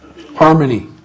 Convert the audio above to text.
Harmony